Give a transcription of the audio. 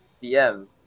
PM